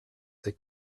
ses